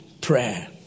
prayer